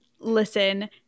listen